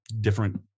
different